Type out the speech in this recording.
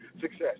success